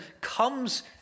comes